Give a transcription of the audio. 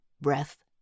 breath